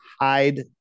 hide